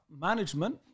management